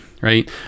right